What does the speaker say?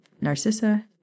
Narcissa